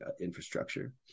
infrastructure